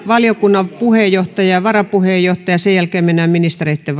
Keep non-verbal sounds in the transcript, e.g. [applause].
valiokunnan puheenjohtaja ja varapuheenjohtaja ja sen jälkeen mennään ministereitten [unintelligible]